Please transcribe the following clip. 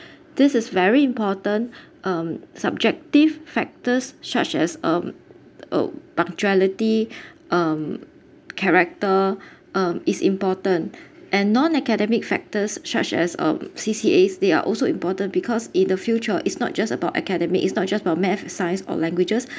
this is very important um subjective factors such as um uh punctuality um character um is important and non-academic factors such as um C_C_As they are also important because in the future is not just about academic is not just about math science or languages